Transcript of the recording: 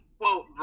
quote